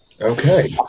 Okay